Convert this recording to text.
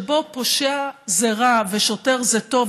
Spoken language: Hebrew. שבו פושע זה רע ושוטר זה טוב,